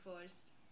first